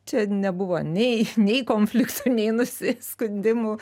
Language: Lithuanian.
čia nebuvo nei nei konfliktų nei nusiskundimų